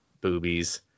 boobies